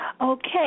Okay